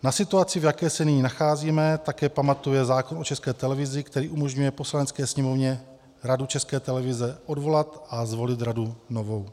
Na situaci, v jaké se nyní nacházíme, také pamatuje zákon o České televizi, který umožňuje Poslanecké sněmovně Radu České televize odvolat a zvolit radu novou.